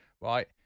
right